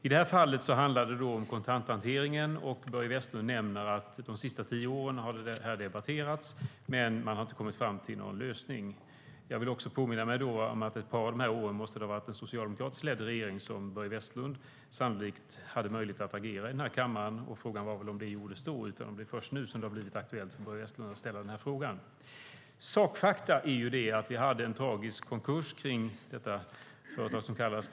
I det här fallet handlar det alltså om kontanthanteringen, och Börje Vestlund nämner att detta har debatterats under de sista tio åren men att man inte har kommit fram till någon lösning. Jag vill då påminna om att det under ett par av de här åren måste ha varit en socialdemokratiskt ledd regering. Börje Vestlund hade sannolikt möjlighet att agera i kammaren då, och frågan är väl om det gjordes eller om det först nu har blivit aktuellt för Börje Vestlund att ställa frågan. Sakfakta är att vi hade en tragisk konkurs kring företaget Panaxia.